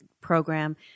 program